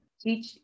teach